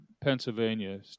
Pennsylvania